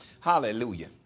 Hallelujah